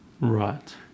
Right